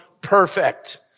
perfect